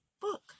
book